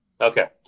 Okay